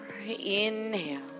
Inhale